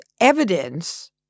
evidence